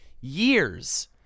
years